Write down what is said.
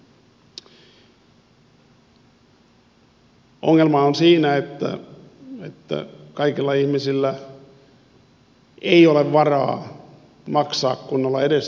ongelma on siinä että kaikilla ihmisillä ei ole varaa maksaa kunnolla edes niitä matkakorvauksia